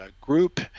group